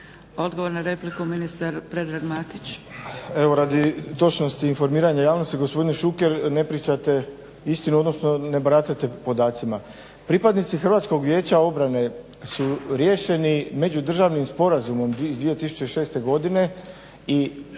Odgovor na repliku, ministar Predrag Matić. **Matić, Predrag Fred** Evo radi točnosti informiranja javnosti, gospodine Šuker ne pričate istinu, odnosno ne baratate podacima. Pripadnici Hrvatskog vijeća obrane su riješeni međudržavnim sporazumom iz 2006. godine i